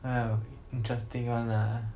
!aiyo! interesting one lah